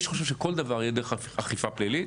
מי שחושב שכל דבר יהיה דרך אכיפה פלילית,